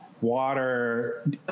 water